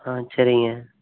ஆ சரிங்க